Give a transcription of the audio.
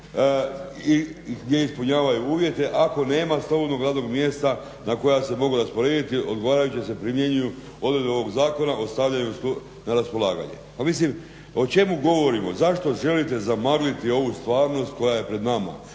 i gdje ispunjavaju uvjete, ako nema slobodnog radnog mjesta na koja se mogu rasporediti odgovarajuće se primjenjuju odredbe ovog zakona o stavljanju na raspolaganje. Pa mislim o čemu govorimo? Zašto želite zamagliti ovu stvarnost koja je pred nama?